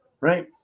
right